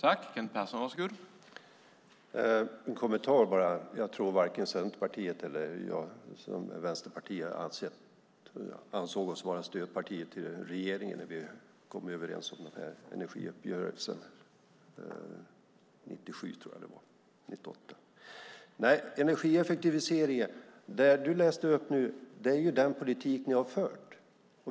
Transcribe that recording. Herr talman! Jag har en kommentar. Jag tror inte att vare sig Centerpartiet eller Vänsterpartiet ansåg sig vara stödpartier till regeringen när vi kom överens om den här uppgörelsen 1997. Det du läste upp nu om energieffektiviseringen är den politik ni har fört.